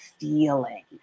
feeling